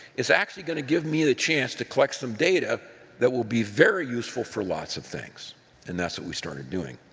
is actually going to give me the chance to collect some data that will be very useful for lots of things and that's what we started doing.